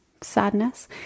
sadness